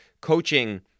coaching